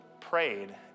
prayed